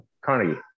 Carnegie